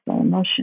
emotion